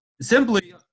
simply